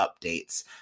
updates